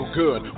good